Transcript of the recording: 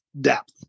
depth